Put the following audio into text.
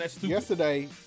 Yesterday